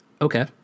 Okay